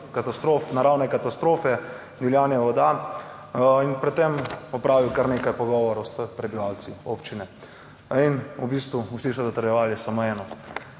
katastrof, naravne katastrofe divjanja voda in pred tem opravil kar nekaj pogovorov s prebivalci občine in v bistvu vsi so zatrjevali samo eno.